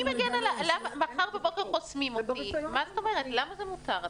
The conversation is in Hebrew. אם מחר בבוקר חוסמים אותי למה זה מותר?